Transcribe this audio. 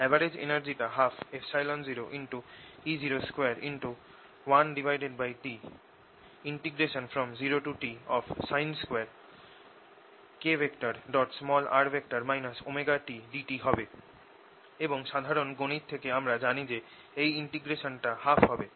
average energy টা 120E021T0Tsin2kr ωtdt হবে এবং সাধারণ গণিত থেকে আমরা জানি যে এই ইন্টিগ্রেশন টা 12 হবে